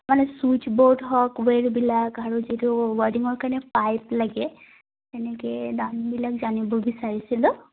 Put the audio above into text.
মানে switch board হওক ৱায়েৰবিলাক আৰু যিটো ৱাৰিঙৰ কাৰণে পাইপ লাগে তেনেকে দামবিলাক জানিব বিচাৰিছিলোঁ